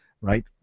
right